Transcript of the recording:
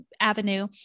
Avenue